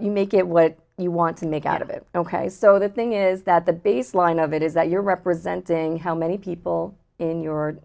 you make it what you want to make out of it ok so the thing is that the baseline of it is that you're representing how many people in your